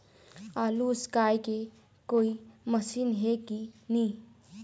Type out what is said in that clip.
आलू उसकाय के कोई मशीन हे कि नी?